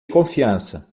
confiança